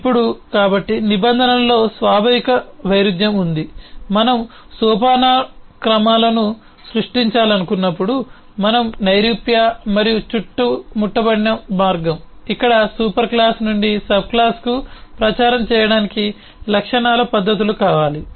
ఇప్పుడు కాబట్టి నిబంధనలలో స్వాభావిక వైరుధ్యం ఉంది మనము సోపానక్రమాలను సృష్టించాలనుకున్నప్పుడు మనము నైరూప్య మరియు చుట్టుముట్టబడిన మార్గం ఇక్కడ సూపర్ క్లాస్ నుండి సబ్క్లాస్కు ప్రచారం చేయడానికి లక్షణాల పద్ధతులు కావాలి